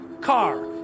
car